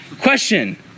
Question